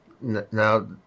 now